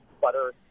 butter